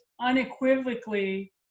unequivocally